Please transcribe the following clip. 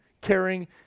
caring